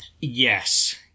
Yes